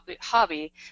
hobby